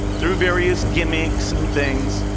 through various gimmicks and things,